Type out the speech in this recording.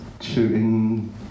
shooting